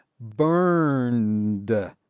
Burned